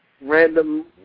random